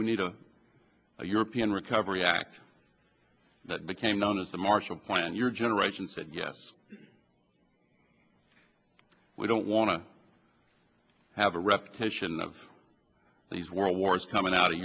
we need a european recovery act that became known as the marshall plan your generation said yes we don't want to have a repetition of these world wars coming out of